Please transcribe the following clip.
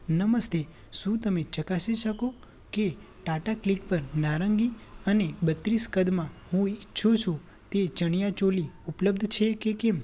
નમસ્તે શું તમે ચકાસી શકો કે ટાટા ક્લિક પર નારંગી અને બત્રીસ કદમાં હું ઈચ્છું છું તે ચણીયા ચોલી ઉપલબ્ધ છે કે કેમ